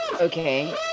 Okay